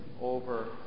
over